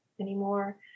anymore